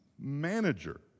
manager